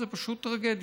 זה פשוט טרגדיה.